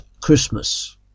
Christmas